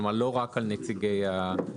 כלומר, לא רק על נציגי הציבור.